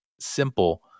simple